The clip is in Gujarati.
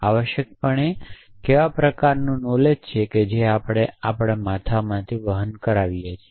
આવશ્યકપણે કેવા પ્રકારનું નોલેજ છે જે આપણે આપણા માથામાં વહન કરીએ છીએ